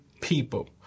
people